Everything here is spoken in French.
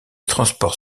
transport